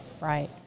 right